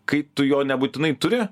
kai tu jo nebūtinai turi